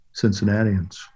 Cincinnatians